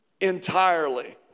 entirely